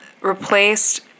replaced